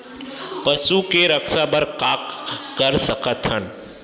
पशु के रक्षा बर का कर सकत हन?